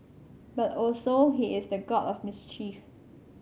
but also he is the god of mischief